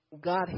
God